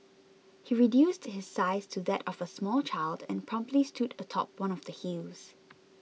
he reduced his size to that of a small child and promptly stood atop one of the hills